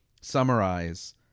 summarize